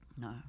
No